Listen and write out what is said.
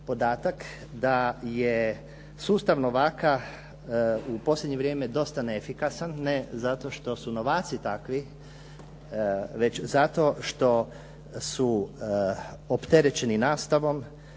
da je sustav novaka u posljednje vrijeme dosta neefikasan ne zato što su novaci takvi već zato što su opterećeni nastavom,